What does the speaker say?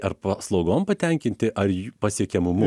ar paslaugom patenkinti ar jų pasiekiamumu